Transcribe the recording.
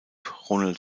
ronald